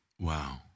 Wow